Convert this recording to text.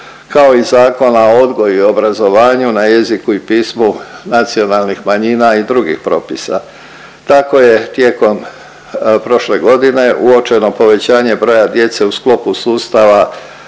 kao i Zakona o odgoju i obrazovanju na jeziku i pismu nacionalnih manjina i drugih propisa. Tako je tijekom prošle godine uočeno povećanje broja djece u sklopu sustava